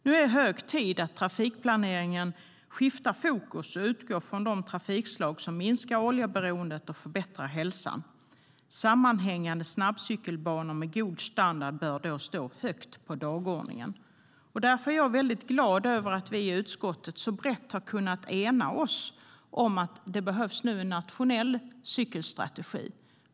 Nu är det hög tid att trafikplaneringen skiftar fokus och utgår från de trafikslag som minskar oljeberoendet och förbättrar hälsan. Sammanhängande snabbcykelbanor med god standard bör då stå högt på dagordningen. Därför är jag väldigt glad över att vi i utskottet så brett har kunnat ena oss om att det nu behövs en nationell cykelstrategi.